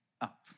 up